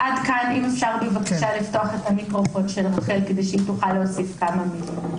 אשמח שרחל תוסיף כמה דברים.